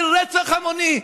ברצח המוני,